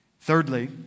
Thirdly